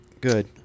Good